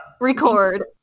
record